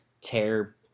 tear